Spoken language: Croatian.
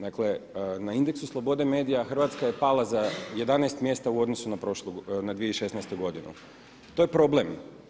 Dakle, na indeksu slobode medija Hrvatska je pala za 11 mjesta u odnosu na 2016. godinu, to je problem.